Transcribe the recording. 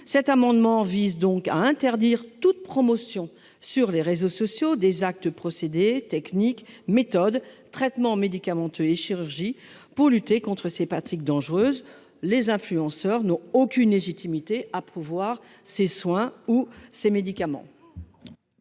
Cet amendement vise donc à interdire toute promotion sur les réseaux sociaux des actes procédés techniques méthode traitement médicamenteux et chirurgie pour lutter contre ces pratiques dangereuses. Les influenceurs n'ont aucune légitimité à pouvoir ces soins ou ses médicaments.